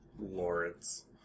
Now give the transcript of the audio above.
Lawrence